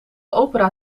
opera